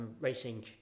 racing